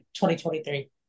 2023